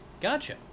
Gotcha